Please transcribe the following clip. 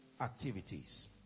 activities